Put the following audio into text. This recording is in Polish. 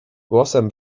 głosem